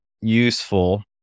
useful